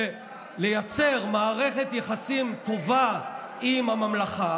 ולייצר מערכת יחסים טובה עם הממלכה